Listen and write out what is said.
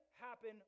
happen